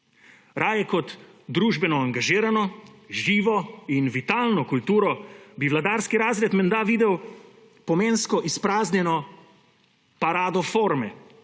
Raje kot družbeno angažirano, živo in vitalno kulturo bi vladarski razred menda videl pomensko izpraznjeno parado forme,